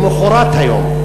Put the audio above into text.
למחרת היום,